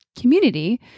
community